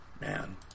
Man